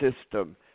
system